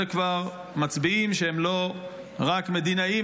זה כבר מצביאים שהם לא רק מדינאים,